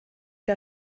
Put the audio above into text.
der